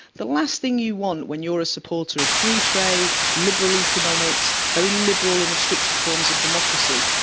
the last thing you want when you're a supporter of free trade, liberal economics, very liberal and restricted forms of democracy,